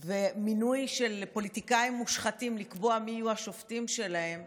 ומינוי של פוליטיקאים מושחתים לקבוע מי יהיו השופטים שלהם?